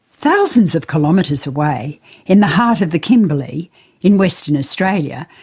thousands of kilometres away in the heart of the kimberley in western australia,